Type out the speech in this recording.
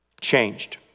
changed